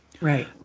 Right